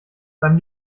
beim